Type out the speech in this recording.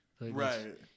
Right